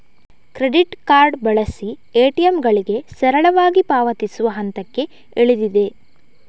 credit card ಬಳಸಿ ಎ.ಟಿ.ಎಂಗಳಿಗೆ ಸರಳವಾಗಿ ಪಾವತಿಸುವ ಹಂತಕ್ಕೆ ಇಳಿದಿದೆ